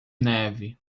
neve